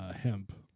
hemp